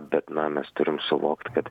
bet na mes turim suvokt kad